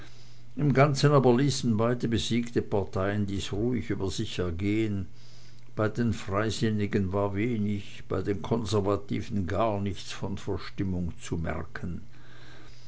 im ganzen aber ließen beide besiegte parteien dies ruhig über sich ergehen bei den freisinnigen war wenig bei den konservativen gar nichts von verstimmung zu merken